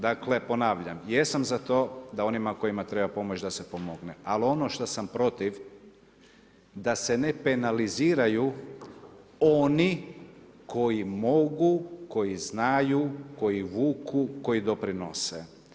Dakle ponavljam, jesam za to da onima kojima treba pomoći da se pomogne, ali ono što sam protiv da se ne penaliziraju oni koji mogu, koji znaju, koji vuku, koji doprinose.